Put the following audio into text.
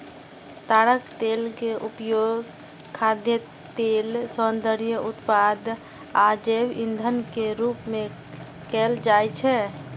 ताड़क तेल के उपयोग खाद्य तेल, सौंदर्य उत्पाद आ जैव ईंधन के रूप मे कैल जाइ छै